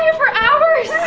for hours.